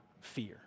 fear